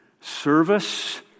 Service